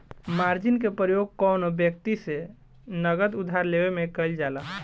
margin के प्रयोग कौनो व्यक्ति से नगद उधार लेवे में कईल जाला